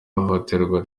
ihohoterwa